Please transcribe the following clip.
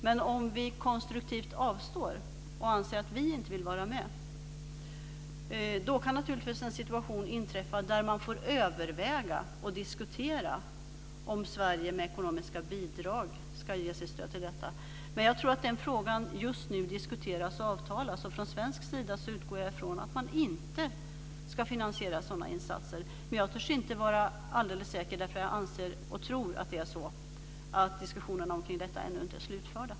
Men om vi konstruktivt avstår och anser att vi inte vill vara med kan naturligtvis den situation inträffa där man får överväga och diskutera om Sverige med ekonomiska bidrag ska ge sitt stöd till detta. Jag tror att den frågan just nu diskuteras och avtalas och utgår från att man från svensk sida inte ska finansiera sådana insatser. Men jag törs inte vara alldeles säker eftersom jag tror att diskussionerna om detta ännu inte är slutförda.